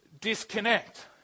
disconnect